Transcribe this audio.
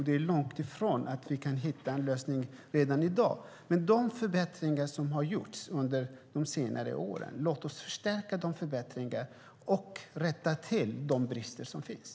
Det är långtifrån att vi kan hitta en lösning redan i dag, men låt oss förstärka de förbättringar som har gjorts under de senare åren och rätta till de brister som finns.